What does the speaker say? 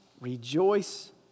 Rejoice